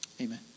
Amen